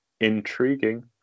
intriguing